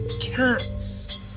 cats